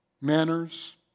manners